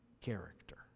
character